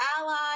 ally